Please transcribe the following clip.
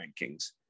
rankings